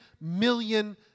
million